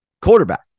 quarterback